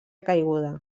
caiguda